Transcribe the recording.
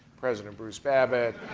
president bruce abbott,